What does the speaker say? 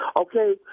okay